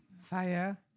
fire